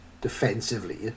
defensively